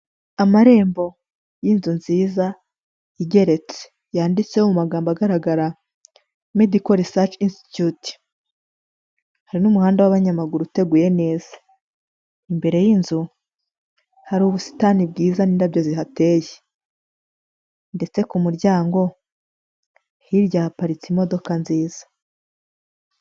Amarembo y'inzu nziza igeretse yanditseho mu magambo agaragara Medical Research Institute, hari n'umuhanda w'abanyamaguru uteguye neza. Imbere y'inzu hari ubusitani bwiza n'indabyo zihateye ndetse ku muryango hirya haparitse imodoka nziza.